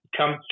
come